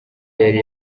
yari